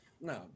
No